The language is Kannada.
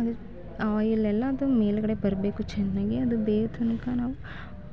ಅದು ಆಯಿಲೆಲ್ಲ ಅದು ಮೇಲುಗಡೆ ಬರಬೇಕು ಚೆನ್ನಾಗಿ ಅದು ಬೇಯೋ ತನಕ ನಾವು